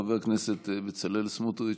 חבר הכנסת בצלאל סמוטריץ',